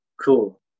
cool